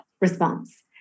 response